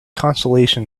consolation